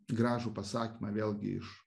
gražų pasakymą vėlgi iš